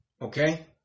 Okay